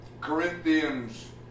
Corinthians